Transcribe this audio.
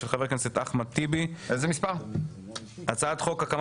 של חה"כ אחמד טיבי; 2. הצעת חוק הקמת